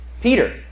Peter